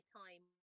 time